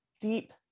deep